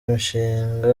imishinga